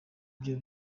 byo